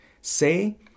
Say